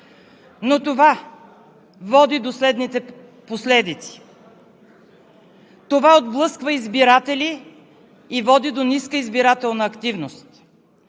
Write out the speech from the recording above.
обаче води до следните последици: отблъсква избиратели и води до ниска избирателна активност.